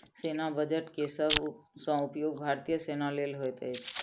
सेना बजट के सब सॅ उपयोग भारतीय सेना लेल होइत अछि